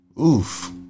Oof